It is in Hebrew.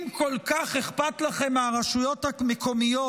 אם כל כך אכפת לכם מהרשויות המקומיות,